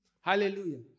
Hallelujah